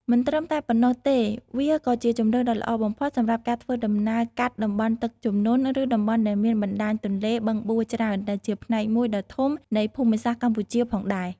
មិនត្រឹមតែប៉ុណ្ណោះទេវាក៏ជាជម្រើសដ៏ល្អបំផុតសម្រាប់ការធ្វើដំណើរកាត់ តំបន់ទឹកជំនន់ ឬតំបន់ដែលមាន បណ្ដាញទន្លេ បឹងបួ ច្រើន ដែលជាផ្នែកមួយដ៏ធំនៃភូមិសាស្ត្រកម្ពុជាផងដែរ ។